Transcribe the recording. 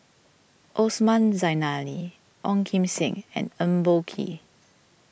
Osman Zailani Ong Kim Seng and Eng Boh Kee